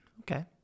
Okay